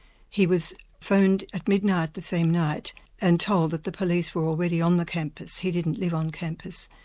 he was phoned at midnight the same night and told that the police were already on the campus, he didn't live on campus,